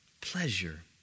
pleasure